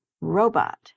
robot